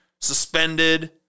suspended